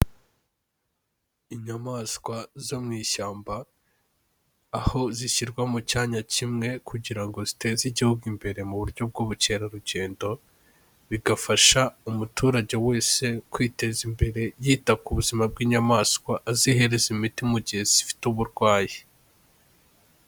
Inyamaswa zo mu ishyamba, aho zishyirwa mu cyanya kimwe kugira ngo ziteze Igihugu imbere mu buryo bw'ubukerarugendo, bigafasha umuturage wese kwiteza imbere yita ku buzima bw'inyamaswa, azihereza imiti mu gihe zifite uburwayi.